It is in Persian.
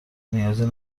نیازی